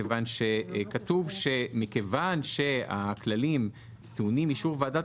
מכיוון שכתוב שמכיוון שהכללים טעונים אישור ועדת